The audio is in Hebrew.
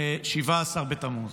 17 בתמוז,